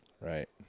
Right